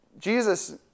Jesus